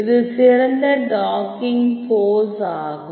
இது சிறந்த டாக்கிங்போஸ் ஆகும்